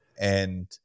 and-